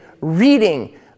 reading